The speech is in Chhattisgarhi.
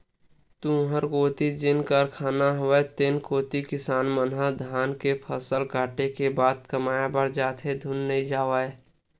तुँहर कोती जेन कारखाना हवय तेन कोती किसान मन ह धान के फसल कटे के बाद कमाए बर जाथे धुन नइ जावय?